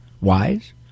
wise